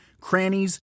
crannies